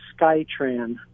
SkyTran